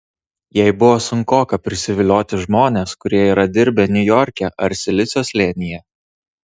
jai buvo sunkoka prisivilioti žmones kurie yra dirbę niujorke ar silicio slėnyje